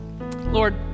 Lord